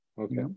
Okay